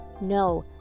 no